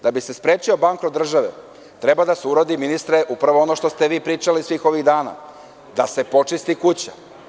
Da bi se sprečio bankrot države treba da se uradi, ministre, upravo ono što ste vi pričali svih ovih dana, da se počisti kuća.